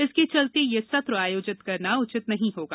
इसके चलते यह सत्र आयोजित करना उचित नहीं होगा